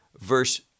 Verse